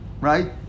right